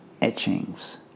etchings